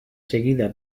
seguida